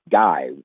guy